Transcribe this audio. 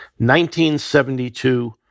1972